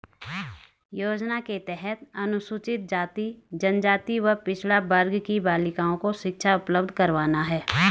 योजना के तहत अनुसूचित जाति, जनजाति व पिछड़ा वर्ग की बालिकाओं को शिक्षा उपलब्ध करवाना है